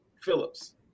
Phillips